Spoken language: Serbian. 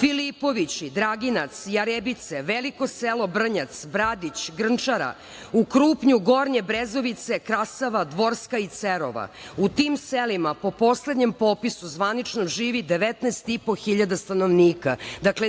Filipovići, Draginac, Jarebice, Veliko selo, Brnjac, Bradić, Grnčara, u Krupnju Gornje Brezovice, Krasava, Dvorska i Cerova. U tim selima po poslednjem popisu zvaničnom 19.500 stanovnika. Dakle,